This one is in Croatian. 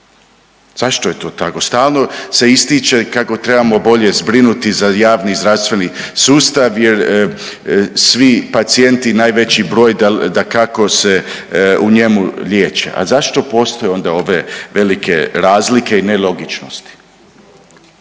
Zašto je to tako? Stalno se ističe kako trebamo bolje zbrinuti za javni zdravstveni sustav, jer svi pacijenti, najveći broj dakako se u njemu liječe. A zašto postoje onda ove velike razlike i nelogičnosti?